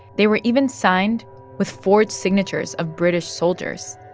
they were even signed with forged signatures of british soldiers.